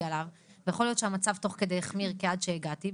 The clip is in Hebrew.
עליו ויכול להיות שהמצב תוך כדי החמיר עד שהגעתי,